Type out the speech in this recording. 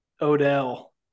odell